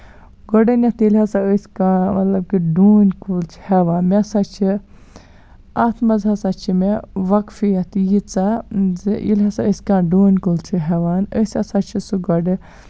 گۄڈٕنیٚتھ ییٚلہِ ہسا أسۍ کانٛہہ مطلب کہِ ڈوٗنۍ کُل چھِ ہیٚوان مےٚ سا چھِ اَتھ منٛز ہسا چھِ مےٚ واقفِیت ییژاہ زِ ییٚلہِ ہسا أسۍ کانٛہہ ڈوٗنۍ کُلۍ چھِ ہیٚوان أسۍ ہسا چھِ سُہ گۄڈٕ